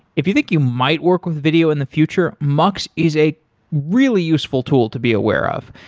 if you think you might work with video in the future, mux is a really useful tool to be aware of.